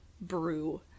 brew